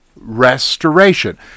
restoration